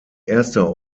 erster